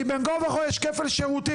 כי בין כה וכה יש כפל שירותים.